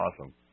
Awesome